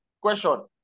Question